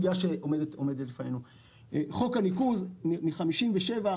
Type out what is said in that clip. חוק הניקוז הוא מ-57',